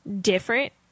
different